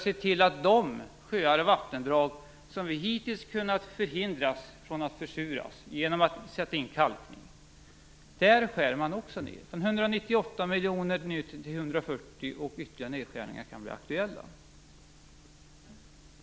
I fråga om de sjöar och vattendrag som vi hittills kunnat förhindra från att försuras genom att sätta in kalkning skär man också ned från 198 miljoner till 140 miljoner, och ytterligare nedskärningar kan bli aktuella.